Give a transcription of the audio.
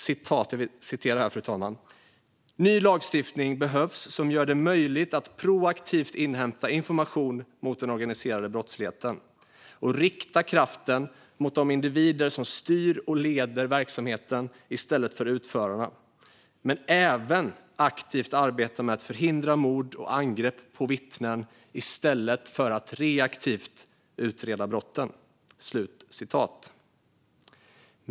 Och vidare: "Ny lagstiftning behövs som gör det möjligt att proaktivt inhämta information mot den organiserade brottsligheten, och rikta kraften mot de individer som styr och leder verksamheten i stället för utförarna, men även aktivt arbeta med att förhindra mord och angrepp på vittnen, i stället för att reaktivt utreda brotten."